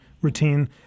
routine